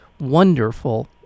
wonderful